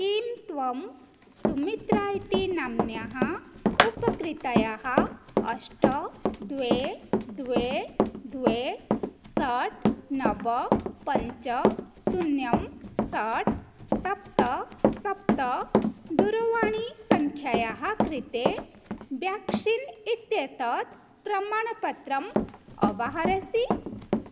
किं त्वं सुमित्रा इति नाम्नः उपकृतायाः अष्ट द्वे द्वे द्वे षट् नव पञ्च शून्यं षट् सप्त सप्त दूरवाणीसङ्ख्यायाः कृते ब्याक्शीन् इत्येतत् प्रमाणपत्रम् अवाहरसि